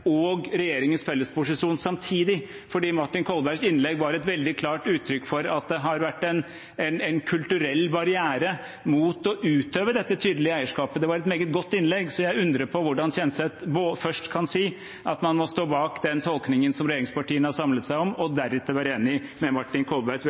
og regjeringens felles posisjon samtidig, for Martin Kolbergs innlegg var et veldig klart uttrykk for at det har vært en kulturell barriere mot å utøve dette tydelige eierskapet. Det var et meget godt innlegg. Så jeg undrer meg på hvordan Kjenseth først kan si at man må stå bak den tolkningen som regjeringspartiene har samlet seg om,